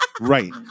Right